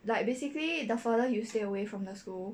like basically the further you stay away from the school